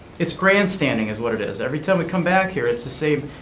it's grandstanding is what it is. every time we come back here it's the same,